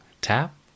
tap